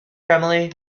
family